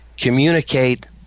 communicate